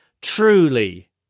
truly